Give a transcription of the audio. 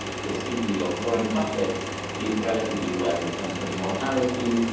the city of warren buffett did relatively well in terms of mortality,